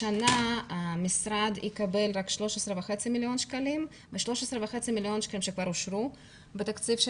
השנה המשרד יקבל רק 13.5 מיליון שקלים שכבר אושרו בתקציב של